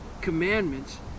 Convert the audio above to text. commandments